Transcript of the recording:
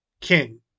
King